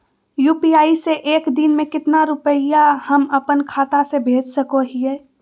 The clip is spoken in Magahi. यू.पी.आई से एक दिन में कितना रुपैया हम अपन खाता से भेज सको हियय?